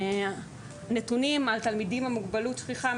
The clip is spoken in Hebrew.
מוצגים נתונים של תלמידים משולבים עם מוגבלות שכיחה.